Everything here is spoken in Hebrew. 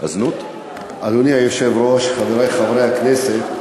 אדוני היושב-ראש, חברי חברי הכנסת,